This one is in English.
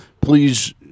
please